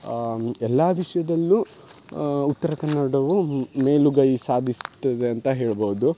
ಎಲ್ಲಾ ವಿಷಯದಲ್ಲೂ ಉತ್ತರಕನ್ನಡವು ಮೇಲುಗೈ ಸಾಧಿಸ್ತದೆ ಅಂತ ಹೇಳ್ಬೌದು